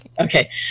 Okay